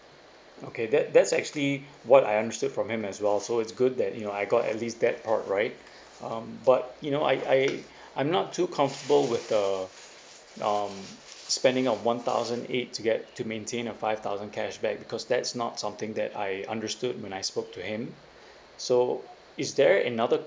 okay that that's actually what I understood from him as well so it's good that you know I got at least that part right um but you know I I I'm not too comfortable with the um spending of one thousand eight to get to maintain a five thousand cashback because that's not something that I understood when I spoke to him so is there another